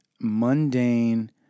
mundane